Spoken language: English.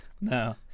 No